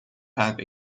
have